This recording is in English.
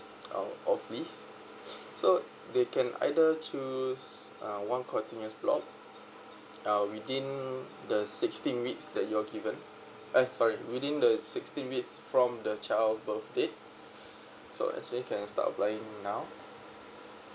oh of leave so they can either choose uh one continuous block uh within the sixteen weeks that you are given eh sorry within the sixteen weeks from the child birth date so actually can start applying now